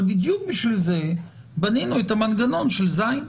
אבל בדיוק בשביל זה בנינו את המנגנון של (ז).